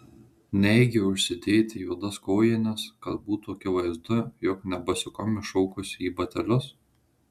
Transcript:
neigi užsidėti juodas kojines kad būtų akivaizdu jog ne basikom iššokusi į batelius